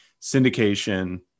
syndication